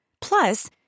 Plus